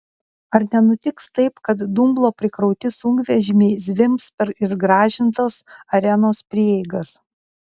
ar nenutiks taip kad dumblo prikrauti sunkvežimiai zvimbs per išgražintas arenos prieigas